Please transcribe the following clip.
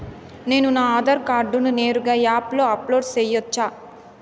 నేను నా ఆధార్ కార్డును నేరుగా యాప్ లో అప్లోడ్ సేయొచ్చా?